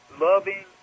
loving